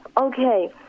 okay